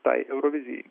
tai eurovizijai